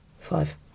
five